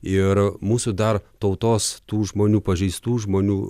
ir mūsų dar tautos tų žmonių pažeistų žmonių